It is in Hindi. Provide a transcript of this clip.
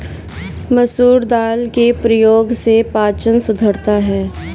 मसूर दाल के प्रयोग से पाचन सुधरता है